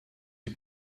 die